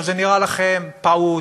עכשיו, זה נראה לכם פעוט,